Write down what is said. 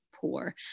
poor